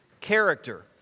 character